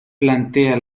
plantea